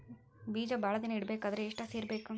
ಬೇಜ ಭಾಳ ದಿನ ಇಡಬೇಕಾದರ ಎಷ್ಟು ಹಸಿ ಇರಬೇಕು?